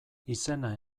izena